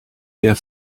their